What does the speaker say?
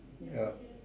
ya